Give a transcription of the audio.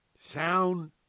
Sound